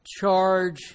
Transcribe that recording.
charge